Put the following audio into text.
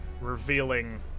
revealing